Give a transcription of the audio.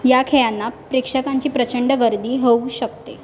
या खेळांना प्रेक्षकांची प्रचंड गर्दी होऊ शकते